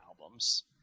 albums